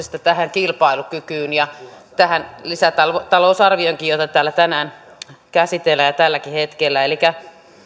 kilpailukykyyn ja tähän lisätalousarvioonkin jota täällä tänään ja tälläkin hetkellä käsitellään elikkä